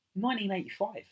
1985